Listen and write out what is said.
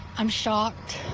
i'm shocked.